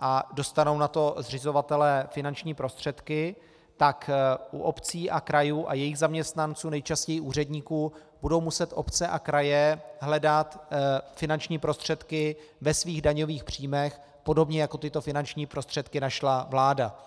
a dostanou na to zřizovatelé finanční prostředky, tak u obcí a krajů a jejich zaměstnanců, nejčastěji úředníků, budou muset obce a kraje hledat finanční prostředky ve svých daňových příjmech, podobně jako tyto finanční prostředky našla vláda.